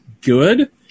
good